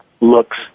looks